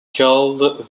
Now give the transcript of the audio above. called